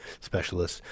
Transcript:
specialists